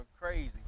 crazy